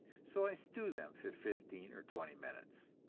so i stew them for fifteen or twenty minutes.